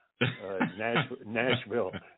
Nashville